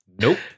Nope